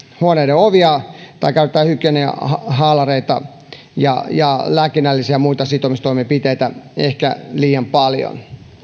huoneiden ovia tai käytetään hygieniahaalareita ja lääkinnällisiä ja muita sitomistoimenpiteitä ehkä liian paljon